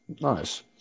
nice